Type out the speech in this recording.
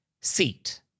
seat